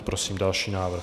Prosím další návrh.